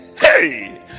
hey